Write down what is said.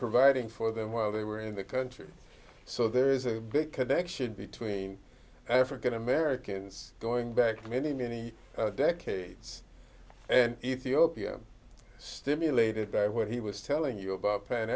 providing for them while they were in the country so there is a big connection between african americans going back many many decades and ethiopia stimulated by what he was telling you about pan